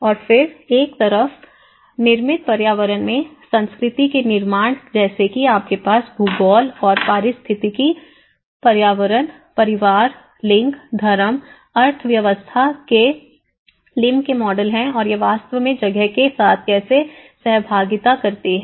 और फिर एक तरफ निर्मित पर्यावरण में संस्कृति के निर्माण जैसे कि आपके पास भूगोल और पारिस्थितिक पर्यावरण परिवार लिंग धर्म अर्थव्यवस्था के लिम के मॉडल हैं और ये वास्तव में जगह के साथ कैसे सहभागिता करते हैं